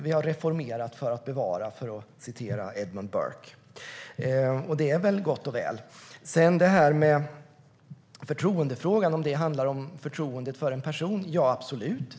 Vi har reformerat för att bevara, för att citera Edmund Burke, och det är väl gott och väl. Sedan om förtroendefrågan handlar om förtroendet för en person - ja, absolut.